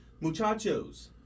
muchachos